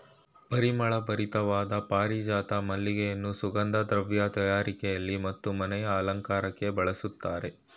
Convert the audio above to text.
ಪರಿಮಳ ಭರಿತವಾದ ಪಾರಿಜಾತ ಮಲ್ಲಿಗೆಯನ್ನು ಸುಗಂಧ ದ್ರವ್ಯ ತಯಾರಿಕೆಯಲ್ಲಿ ಮತ್ತು ಮನೆಯ ಅಲಂಕಾರಕ್ಕೆ ಬಳಸ್ತರೆ